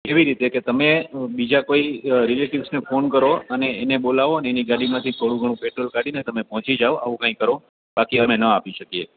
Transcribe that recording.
એવી રીતે કે તમે બીજા કોઈ રિલેટિવ્સને ફોન કરો અને એને બોલાવો અને એની ગાડીમાંથી થોડું ઘણું પેટ્રોલ કાઢીને તમે પોચી જાઓ આવું કાઈ કરો બાકી અમે ન આપી શકીએ